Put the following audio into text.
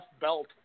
belt